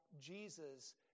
Jesus